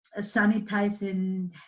sanitizing